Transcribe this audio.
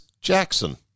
Jackson